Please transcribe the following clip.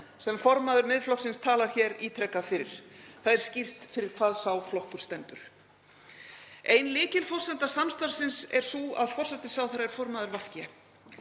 sem formaður Miðflokksins talar hér ítrekað fyrir. Það er skýrt fyrir hvað sá flokkur stendur. Ein lykilforsenda samstarfsins er sú að forsætisráðherra er formaður VG.